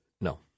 No